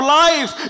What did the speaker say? life